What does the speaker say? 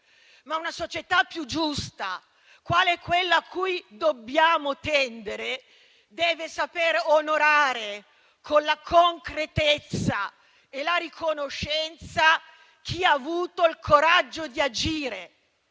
ma una società più giusta, quale quella a cui dobbiamo tendere, deve saper onorare, con la concretezza e la riconoscenza, chi ha avuto il coraggio di agire